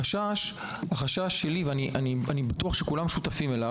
החשש שלי ואני בטוח שכולם שותפים לו